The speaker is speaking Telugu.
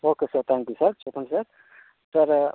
okay sir thank you sir చెప్పండి సార్ సార్